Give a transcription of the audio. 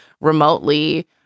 remotely